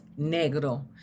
negro